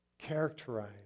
characterized